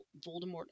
Voldemort